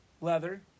leather